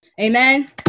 amen